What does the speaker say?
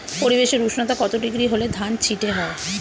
পরিবেশের উষ্ণতা কত ডিগ্রি হলে ধান চিটে হয়?